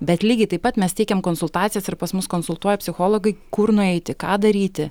bet lygiai taip pat mes teikiam konsultacijas ir pas mus konsultuoja psichologai kur nueiti ką daryti